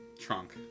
trunk